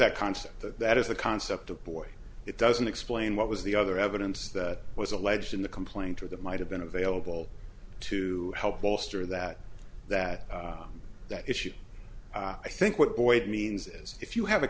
that concept that that is the concept of boy it doesn't explain what was the other evidence that was alleged in the complaint or that might have been available to help bolster that that that issue i think what boyd means is if you have a